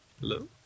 Hello